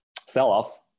sell-off